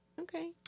Okay